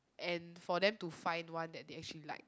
and for them to find one that they actually like